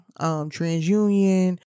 TransUnion